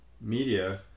media